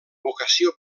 vocació